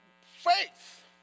faith